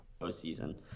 postseason